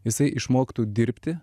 jisai išmoktų dirbti